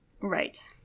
Right